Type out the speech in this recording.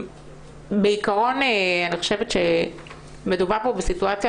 בעיקרון אני חושבת שמדובר כאן בסיטואציה